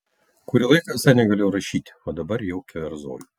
kurį laiką visai negalėjau rašyti o dabar jau keverzoju